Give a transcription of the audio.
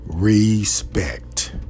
respect